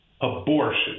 abortion